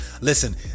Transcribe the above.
Listen